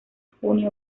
junio